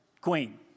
queen